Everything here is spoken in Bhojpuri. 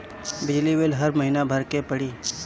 बिजली बिल हर महीना भरे के पड़ी?